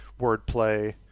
wordplay